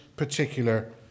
particular